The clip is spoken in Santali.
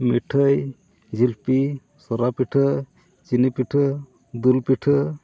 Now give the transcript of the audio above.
ᱢᱤᱴᱷᱟᱹᱭ ᱡᱷᱤᱞᱯᱤ ᱥᱚᱨᱟ ᱯᱤᱴᱷᱟᱹ ᱪᱤᱱᱤ ᱯᱤᱴᱷᱟᱹ ᱫᱩᱞ ᱯᱤᱴᱷᱟᱹ